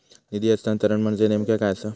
निधी हस्तांतरण म्हणजे नेमक्या काय आसा?